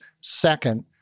Second